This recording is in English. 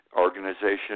Organization